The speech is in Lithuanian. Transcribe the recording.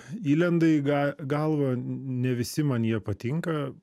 įlenda į ga galvą ne visi man jie patinka